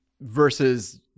versus